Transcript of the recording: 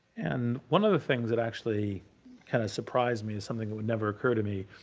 and one of the things that actually kind of surprised me as something that would never occur to me,